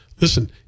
Listen